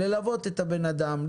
ללוות את האדם,